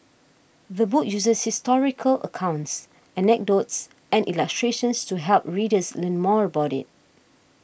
the book uses historical accounts anecdotes and illustrations to help readers learn more about it